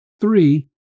three